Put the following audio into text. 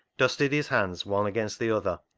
dusted his hands one against the other,